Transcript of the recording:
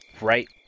right